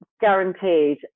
guaranteed